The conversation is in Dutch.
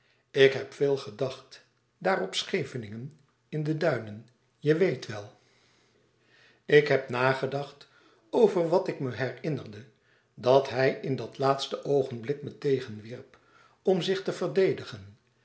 ik heb veel gedacht daar op scheveningen in de duinen je weet wel ik heb nagedacht over wat ik me herinnerde dat hij in dat laatste oogenblik me tegenwierp om zich te verdedigen